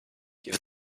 give